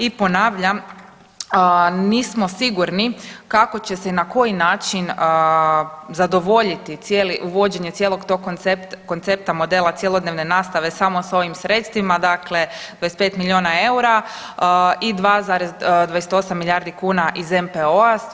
I ponavljam, nismo sigurni kako će se i na koji način zadovoljiti cijeli, uvođenje cijelog tog koncepta modela cjelodnevne nastave samo s ovim sredstvima, dakle 25 milijuna eura i 2,28 milijardi kuna iz NPOO-a.